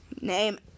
name